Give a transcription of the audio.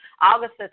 August